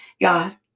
God